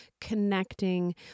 connecting